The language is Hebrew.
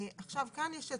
עכשיו, כאן יש א